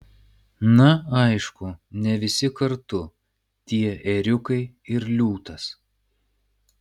na aišku ne visi kartu tie ėriukai ir liūtas